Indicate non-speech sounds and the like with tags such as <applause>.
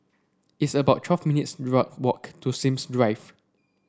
it's about twelve minutes <unintelligible> walk to Sims Drive